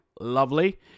Lovely